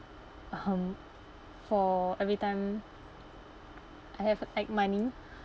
um for every time I have like money